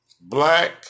black